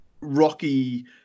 Rocky